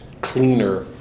cleaner